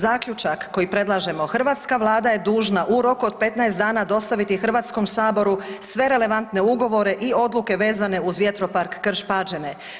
Zaključak koji predlažemo hrvatska Vlada je dužna u roku od 15 dana dostaviti Hrvatskom saboru sve relevantne ugovore i odluke vezane uz vjetropark Krš-Pađene.